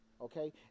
okay